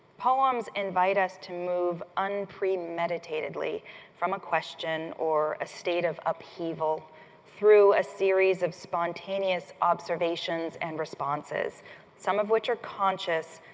poems invite us to move unpremeditatedly from a question or a state of upheaval through a series of spontaneous observations and responses some of which are conscious,